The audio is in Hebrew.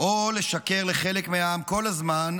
או לשקר לחלק מהעם כל הזמן,